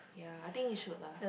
ya I think it should lah